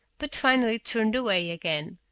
but finally turned away again.